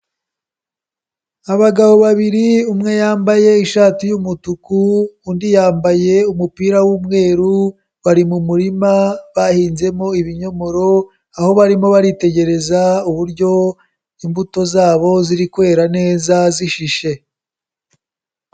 Abagabo babiri, umwe yambaye ishati y'umutuku, undi yambaye umupira w'umweru, bari mu murima bahinzemo ibinyomoro, aho barimo baritegereza uburyo imbuto zabo ziri kwera neza zishishe.